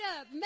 up